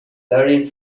learning